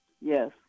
Yes